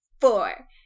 Four